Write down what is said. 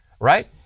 right